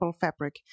fabric